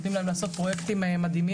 נותנים להם לעשות פרוייקטים מדהימים,